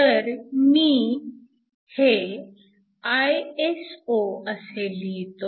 तर हे मी Iso असे लिहितो